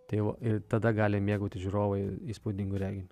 tai va ir tada gali mėgautis žiūrovai įspūdingu reginiu